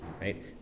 right